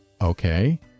Okay